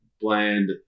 bland